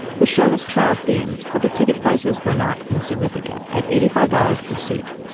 the show is child themed but the ticket prices were not insignificant at eighty five dollars per seat.